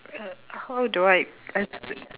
uh how do I